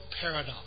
paradox